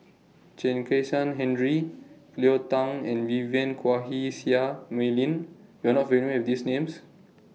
Chen Kezhan Henri Cleo Thang and Vivien Quahe Seah Mei Lin YOU Are not familiar with These Names